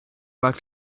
back